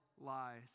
lies